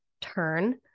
turn